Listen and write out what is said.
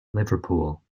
liverpool